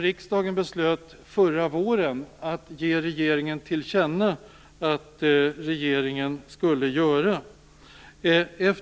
Riksdagen beslutade ju förra våren att ge regeringen till känna att regeringen skulle göra det.